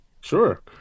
Sure